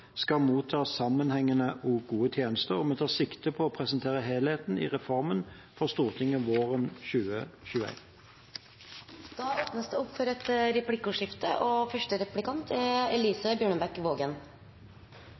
skal motta sammenhengende og gode tjenester, og vi tar sikte på å presentere helheten i reformen for Stortinget våren 2021. Det blir replikkordskifte. Det foreligger en nasjonal plan for å oppgradere skolebygg og uteområder. Den er